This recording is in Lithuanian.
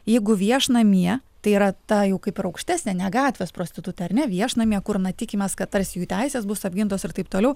jeigu viešnamyje tai yra tą jau kaip ir aukštesnė ne gatvės prostitutė ar ne viešnamyje kur na tikimės kad tarsi jų teisės bus apgintos ir taip toliau